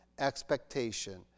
expectation